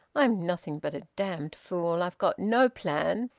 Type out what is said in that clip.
i'm nothing but a damned fool. i've got no plan.